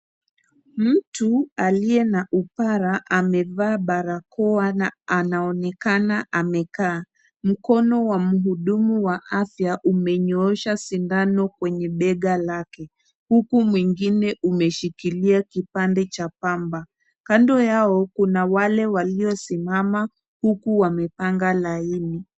Mtu aliye na upara amevaa barakoa, na anaonekana amekaa. Mkono wa muhudumu wa afya umenyoosha sindano kwenye bega lake, huku mwingine umeshikilia kipande cha pamba. Kando yao kuna wale waliosimama, huku wamepanga line .